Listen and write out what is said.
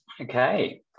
Okay